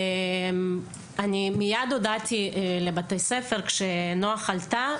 אני מייד הודעתי לבתי הספר כשנועה חלתה,